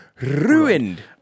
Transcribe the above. Ruined